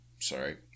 sorry